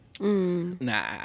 Nah